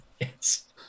Yes